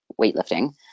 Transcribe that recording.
Weightlifting